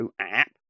app